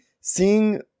seeing